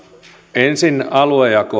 ensin aluejako